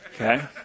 Okay